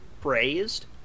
praised